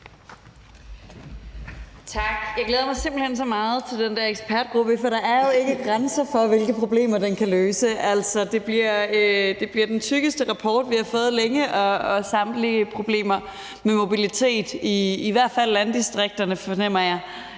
Tak. Jeg glæder mig simpelt hen så meget til den der ekspertgruppes rapport, for der er jo ikke grænser for, hvilke problemer den gruppe kan løse. Det bliver den tykkeste rapport, vi har fået længe, og samtlige problemer med mobilitet, i hvert fald i landdistrikterne, fornemmer jeg,